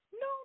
No